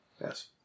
Yes